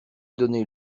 donné